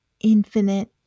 infinite